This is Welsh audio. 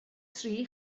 tri